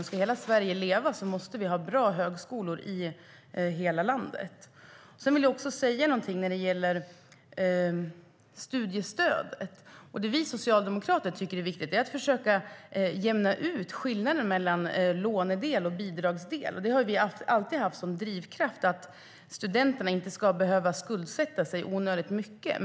Om hela Sverige ska leva måste vi ha bra högskolor i hela landet. Sedan vill jag säga något om studiestödet. Vi socialdemokrater tycker att det är viktigt att försöka jämna ut skillnaden mellan lånedel och bidragsdel. Vi har alltid haft som drivkraft att studenterna inte ska behöva skuldsätta sig onödigt mycket.